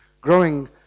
growing